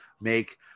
make